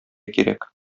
кирәк